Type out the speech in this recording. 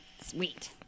Sweet